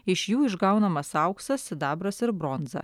iš jų išgaunamas auksas sidabras ir bronza